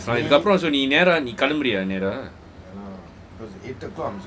இதுக்கு அப்பறம் நீ கெளம்புறியா:ithukku aparam nee kelamburiya